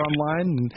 online